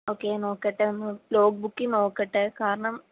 ഒക്കെ നോക്കട്ടെ ഒന്ന് ലോ ബുക്കി നോക്കട്ടെ കാരണം